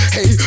Hey